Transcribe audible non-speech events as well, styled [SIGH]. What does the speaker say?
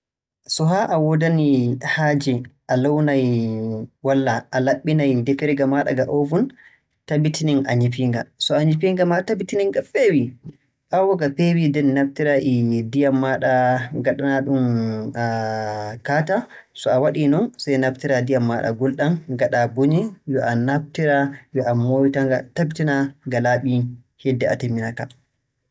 So haa a woodani haaje a lownay walla a laɓɓinay defirga maaɗa nga 'oven', tabitin nyifii-nga. So a nyifii-nga maa tabitin nga feewii. Ɓaawo nga feewii nden naftiraa e ndiyam maaɗa, ngaɗanaa-ɗum [HESITATION] kaata. So a waɗii non, sey naftiraa ndiyam maaɗa gulɗam, ngaɗaa buƴe, yo a nafirta yo a moyta-nga. Tabitina nga laaɓii hidde a timmini ka.